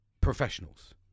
professionals